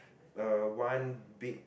uh one big